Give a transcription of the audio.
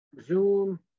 Zoom